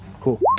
Cool